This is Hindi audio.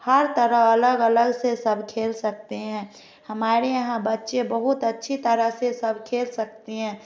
हर तरह अलग अलग से सब खेल सकते है हमारे यहाँ बच्चे बहुत अच्छे तरह से सब खेल सकते है